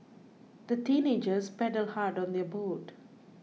the teenagers paddled hard on their boat